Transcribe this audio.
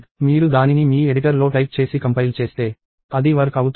మీరు దానిని మీ ఎడిటర్లో టైప్ చేసి కంపైల్ చేస్తే అది వర్క్ అవుతుంది